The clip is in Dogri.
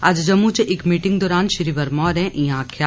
अज्ज जम्मू च इक मीटिंग दौरान वर्मा होरें इयां आक्खेआ